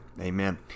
Amen